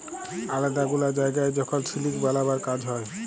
আলেদা গুলা জায়গায় যখল সিলিক বালাবার কাজ হ্যয়